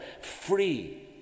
free